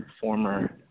former